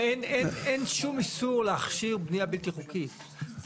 יש כאן חקיקה